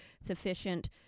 sufficient